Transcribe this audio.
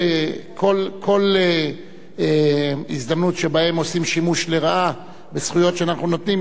כל הזדמנות שבה עושים שימוש לרעה בזכויות שאנחנו נותנים,